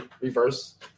reverse